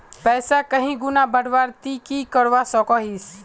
पैसा कहीं गुणा बढ़वार ती की करवा सकोहिस?